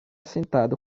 sentado